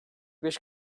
beş